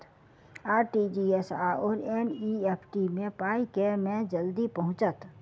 RTGS आओर NEFT मे पाई केँ मे जल्दी पहुँचत?